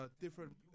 different